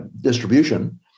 distribution